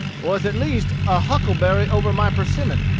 was at least a huckleberry over my persimmon.